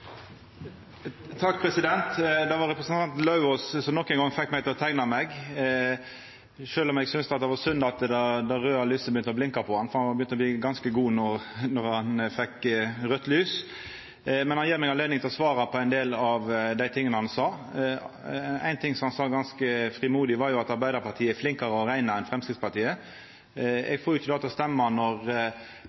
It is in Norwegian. Det var representanten Lauvås som fekk meg til å teikna meg nok ein gong, sjølv om eg synest det var synd at det raude lyset begynte å blinka for han, for han hadde begynt å bli ganske god då han fekk raudt lys. Men han gjev meg anledning til å svara på ein del av dei tinga han sa. Ein ting som han sa ganske frimodig, var jo at Arbeidarpartiet er flinkare til å rekna enn Framstegspartiet. Eg får ikkje det til å stemma når